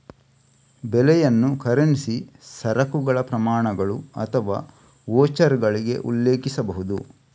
ಬೆಲೆಯನ್ನು ಕರೆನ್ಸಿ, ಸರಕುಗಳ ಪ್ರಮಾಣಗಳು ಅಥವಾ ವೋಚರ್ಗಳಿಗೆ ಉಲ್ಲೇಖಿಸಬಹುದು